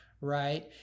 right